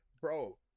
bro